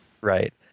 Right